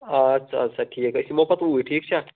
آد سا آد سا ٹھیٖک أسۍ یِمو پَتہٕ اوٗرۍ ٹھیٖک چھےٚ